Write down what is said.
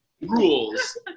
Rules